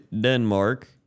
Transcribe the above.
Denmark